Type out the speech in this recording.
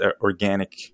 organic